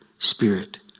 Spirit